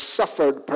suffered